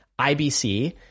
IBC